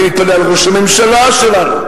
אני מתפלא על ראש הממשלה שלנו,